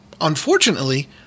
unfortunately